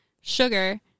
Sugar